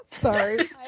Sorry